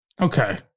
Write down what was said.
Okay